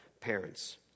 parents